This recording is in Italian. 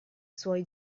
suoi